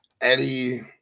Eddie